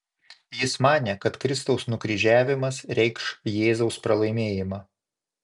jis manė kad kristaus nukryžiavimas reikš jėzaus pralaimėjimą